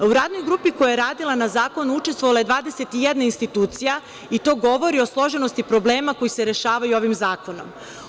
U Radnoj grupi koja je radila na zakonu učestvovala je 21 institucija, i to govori o složenosti problema koji se rešavaju ovim zakonom.